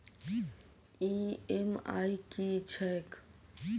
EMI की छैक?